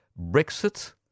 Brexit